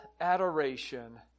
adoration